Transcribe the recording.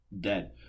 dead